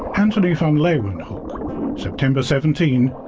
antonie van leeuwenhoek september seventeen,